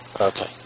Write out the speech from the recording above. Okay